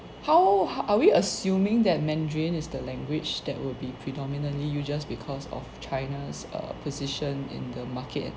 how ha~ are we assuming that mandarin is the language that would be predominantly used because of china's uh position in the market